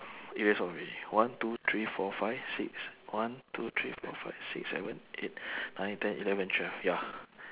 erase off already one two three four five six one two three four five six seven eight nine ten eleven twelve ya